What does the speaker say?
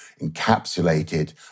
encapsulated